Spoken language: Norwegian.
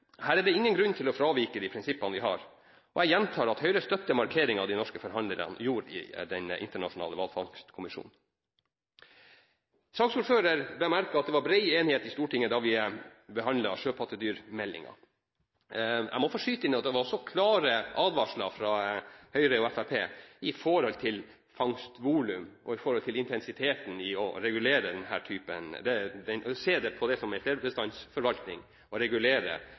Her er det ingen grunn til å fravike de prinsippene vi har. Jeg gjentar at Høyre støtter markeringen de norske forhandlerne gjorde i Den internasjonale hvalfangstkommisjonen. Saksordføreren bemerket at det var bred enighet i Stortinget da vi behandlet sjøpattedyrmeldingen. Jeg må få skyte inn at det var også klare advarsler fra Høyre og Fremskrittspartiet med hensyn til fangstvolum og intensitet i forhold til å se på det som en flerbestandsforvaltning og regulere mengden sjøpattedyr. Det at det er bred enighet, er riktig, men det var altså en henstilling til statsråden om å